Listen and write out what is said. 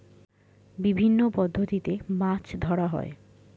বিভিন্ন পদ্ধতিতে মাছ ধরা হয়